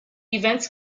events